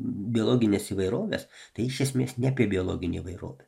biologinės įvairovės tai iš esmės ne apie biologinę įvairovę